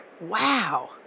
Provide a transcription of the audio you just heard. Wow